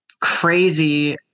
crazy